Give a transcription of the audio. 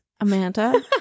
Amanda